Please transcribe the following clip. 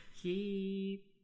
Keep